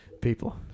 People